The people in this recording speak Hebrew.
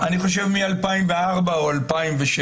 אני חושב, מ-2004 או מ-2006.